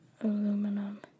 Aluminum